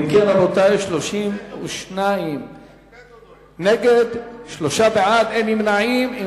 אם כן, רבותי, 32 נגד, שלושה בעד, אין נמנעים.